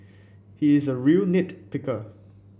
he is a real nit picker